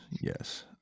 yes